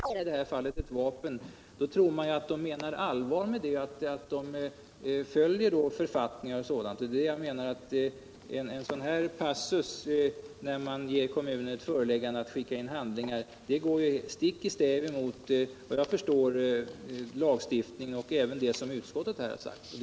Herr.talman! Ja, det var intressant att höra att man inte skall fästa sig vid vad denna myndighet säger. Men om det från en statlig myndighet ställs krav på att man skall skicka in vissa handlingar, i detta fall för registrering av ett vapen, tror man ändå att den menar allvar med detta och att kravet bygger på författningar eller liknande. En passus av detta slag, enligt vilken kommunen föreläggs att skicka in vissa handlingar, går såvitt jag förstår stick i stäv mot lagstiftningen och även mot det som utskottet har uttalat.